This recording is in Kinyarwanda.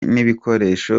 n’ibikoresho